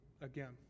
again